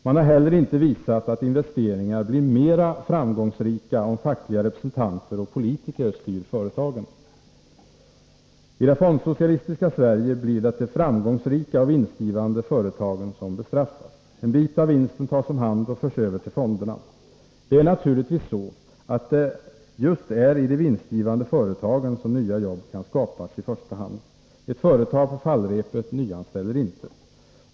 Man har heller inte visat att investeringar blir mera framgångsrika om fackliga representanter och politiker styr företagen. I det fondsocialistiska Sverige blir det de framgångsrika och vinstgivande företagen som bestraffas. En bit av vinsten tas om hand och förs över till fonderna. Det är naturligtvis så, att det just är i de vinstgivande företagen som nya jobb i första hand kan skapas. Ett företag på fallrepet nyanställer inte.